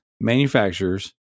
manufacturers